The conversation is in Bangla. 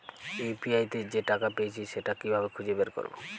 ইউ.পি.আই তে যে টাকা পেয়েছি সেটা কিভাবে খুঁজে বের করবো?